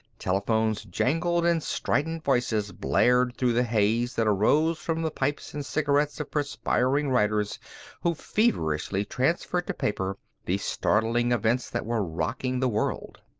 telephones jangled and strident voices blared through the haze that arose from the pipes and cigarettes of perspiring writers who feverishly transferred to paper the startling events that were rocking the world.